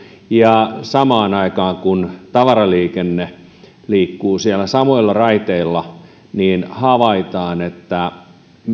ja samaan aikaan kun tavaraliikenne liikkuu siellä samoilla raiteilla niin havaitaan että